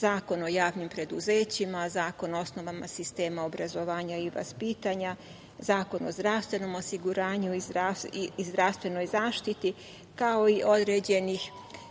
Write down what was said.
Zakon o javnim preduzećima, Zakon o osnovama sistema obrazovanja i vaspitanja, Zakon o zdravstvenom osiguranju i zdravstvenoj zaštiti, kao i određenih